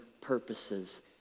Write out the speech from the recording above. purposes